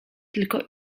tylko